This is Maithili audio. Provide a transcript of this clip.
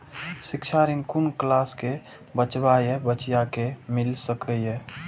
शिक्षा ऋण कुन क्लास कै बचवा या बचिया कै मिल सके यै?